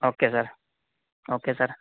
okay sir okay sir